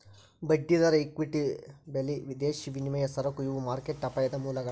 ಬಡ್ಡಿದರ ಇಕ್ವಿಟಿ ಬೆಲಿ ವಿದೇಶಿ ವಿನಿಮಯ ಸರಕು ಇವು ಮಾರ್ಕೆಟ್ ಅಪಾಯದ ಮೂಲಗಳ